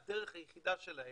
מהווה את הדרך היחידה שלהם.